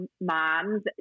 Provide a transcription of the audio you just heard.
moms